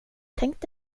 tänkt